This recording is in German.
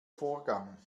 vorgang